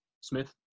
Smith